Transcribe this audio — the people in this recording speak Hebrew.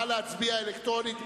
נא להצביע אלקטרונית,